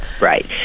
Right